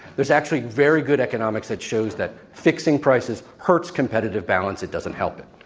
there's actually very good economics that shows that fixing prices hurts competitive balance it doesn't help it.